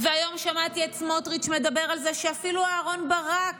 היום שמעתי את סמוטריץ' מדבר על זה שאפילו אהרן ברק